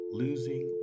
losing